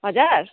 हजुर